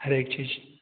हर एक चीज़